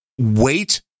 wait